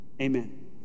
Amen